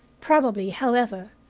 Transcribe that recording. probably, however,